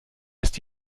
ist